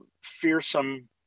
fearsome